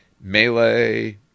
melee